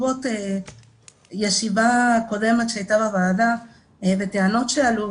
בעקבות ישיבה קודמת שהייתה בוועדה והטענות שעלו